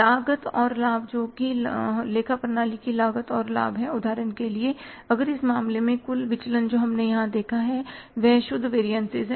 लागत और लाभ जो कि लेखा प्रणाली की लागत और लाभ हैं उदाहरण के लिए अगर इस मामले में कुल विचलन जो हमने यहां देखा है वह शुद्ध वेरियनसिसकितना है